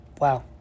Wow